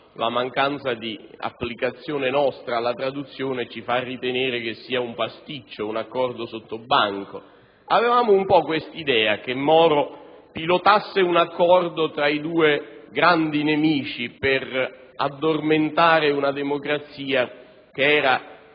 mancanza di applicazione alla traduzione ci fa ritenere che significhi pasticcio, accordo sottobanco. Dunque, avevamo l'idea che Moro pilotasse un accordo tra i due grandi nemici per addormentare una democrazia che era,